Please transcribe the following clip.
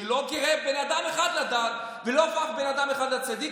שלא קירב בן אדם אחד לדת ולא הפך בן אחד לצדיק,